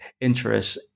interest